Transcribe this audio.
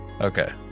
Okay